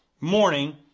Morning